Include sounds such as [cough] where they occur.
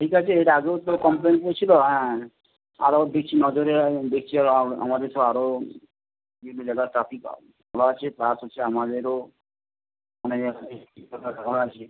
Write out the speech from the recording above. ঠিক আছে এটা আগেও তো কমপ্লেন হয়েছিলো হ্যাঁ আরো বেশি নজরে আমি দেখছি আমাদের তো আরো বিভিন্ন জায়গার ট্রাফিক লাগাচ্ছে প্লাস হচ্ছে আমাদেরও অনেক জায়গায় এই এইসব ব্যাপারে [unintelligible] আছে